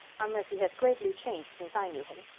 unless he has greatly changed since i knew him,